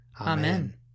Amen